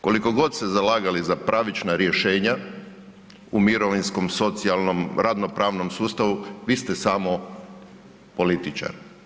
Koliko god se zalagali za pravična rješenja u mirovinskom, socijalnom, radno pravnom sustavu vi ste samo političar.